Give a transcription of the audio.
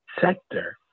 sector